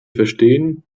verstehen